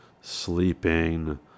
sleeping